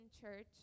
church